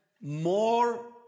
more